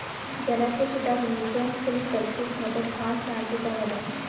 ಜಲಕೃಷಿ ದಾಗ್ nutrient film technique method ಭಾಳ್ ಚಾಲ್ತಿದಾಗ್ ಅದಾ